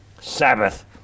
Sabbath